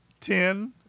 Ten